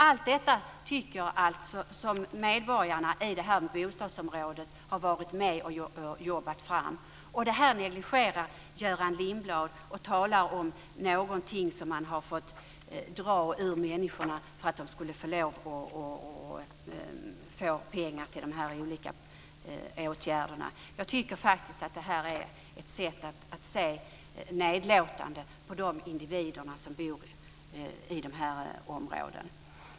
Allt detta har medborgarna i bostadsområdena varit med om att jobba fram men det negligerar Göran Lindblad. Han talar om detta som något som man fått dra ur människor för att de ska få pengar till de olika åtgärderna. Jag tycker faktiskt att det är ett nedlåtande sätt att se på de individer som bor i de här områdena.